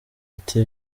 ati